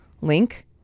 link